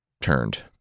turned